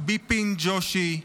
ביפין ג'ושי,